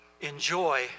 enjoy